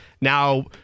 now